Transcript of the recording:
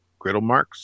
GriddleMarks